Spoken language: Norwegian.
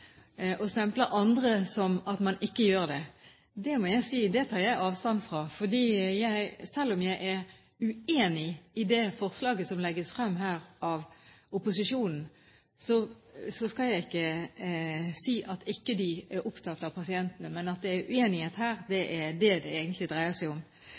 og stempler andre som at man ikke gjør det. Det må jeg si at jeg tar avstand fra, for selv om jeg er uenig i det forslaget som legges frem her av opposisjonen, skal jeg ikke si at de ikke er opptatt av pasientene. Men at det er uenighet her, det er det det egentlig dreier seg om.